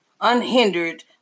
unhindered